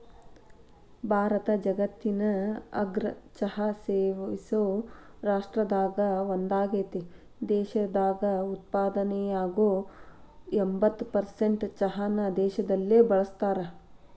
ಭಾರತ ಜಗತ್ತಿನ ಅಗ್ರ ಚಹಾ ಸೇವಿಸೋ ರಾಷ್ಟ್ರದಾಗ ಒಂದಾಗೇತಿ, ದೇಶದಾಗ ಉತ್ಪಾದನೆಯಾಗೋ ಎಂಬತ್ತ್ ಪರ್ಸೆಂಟ್ ಚಹಾನ ದೇಶದಲ್ಲೇ ಬಳಸ್ತಾರ